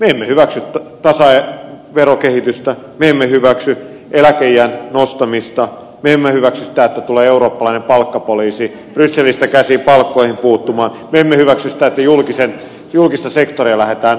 me emme hyväksy tasaverokehitystä me emme hyväksy eläkeiän nostamista me emme hyväksy sitä että tulee eurooppalainen palkkapoliisi brysselistä käsin palkkoihin puuttumaan me emme hyväksy sitä että julkista sektoria lähdetään alas ajamaan